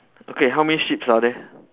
okay how many sheeps are there